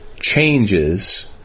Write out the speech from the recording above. changes